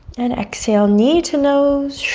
and exhale, knee to nose.